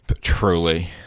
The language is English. Truly